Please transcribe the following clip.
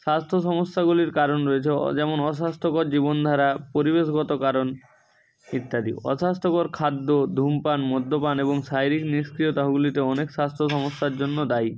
স্বাস্থ্য সমস্যাগুলির কারণ রয়েছে অ যেমন অস্বাস্থ্যকর জীবনধারা পরিবেশগত কারণ ইত্যাদি অস্বাস্থ্যকর খাদ্য ধুমপান মদ্যপান এবং শারীরিক নিষ্ক্রিয়তা হুগলিতে অনেক স্বাস্থ্য সমস্যার জন্য দায়ী